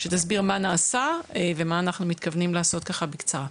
שתסביר מה נעשה ומה אנחנו מתכוונים לעשות ככה בקצרה.